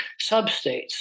substates